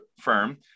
firm